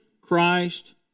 Christ